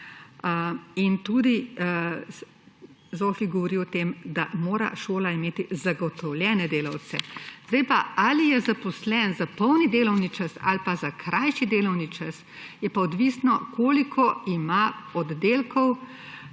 ZOFVI govori tudi o tem, da mora imeti šola zagotovljene delavce. Zdaj pa, ali je zaposlen za polni delovni čas ali pa za krajši delovni čas, je pa odvisno, koliko ima oddelkov.